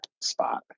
spot